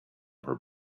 her